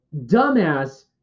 dumbass